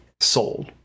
sold